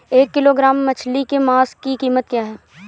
एक किलोग्राम मछली के मांस की कीमत क्या है?